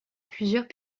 plusieurs